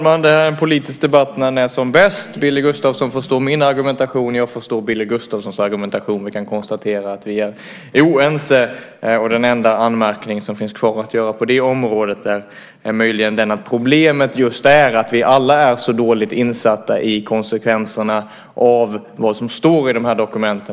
Fru talman! Det här är en politisk debatt när den är som bäst. Billy Gustafsson förstår min argumentation. Jag förstår Billy Gustafssons argumentation. Vi kan konstatera att vi är oense. Den enda anmärkning som finns kvar att göra på det området är möjligen den att problemet just är att vi alla är så dåligt insatta i konsekvenserna av vad som står i de här dokumenten.